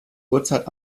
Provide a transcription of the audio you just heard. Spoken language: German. uhrzeit